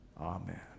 Amen